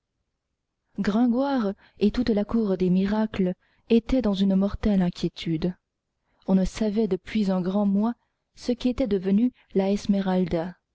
gringoire et toute la cour des miracles étaient dans une mortelle inquiétude on ne savait depuis un grand mois ce qu'était devenue la